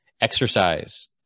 exercise